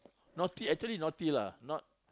naughty actually naughty lah not